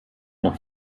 noch